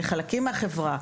לחלקים מהחברה,